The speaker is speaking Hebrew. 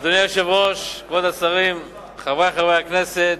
אדוני היושב-ראש, כבוד השרים, חברי חברי הכנסת,